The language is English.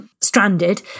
stranded